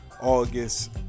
August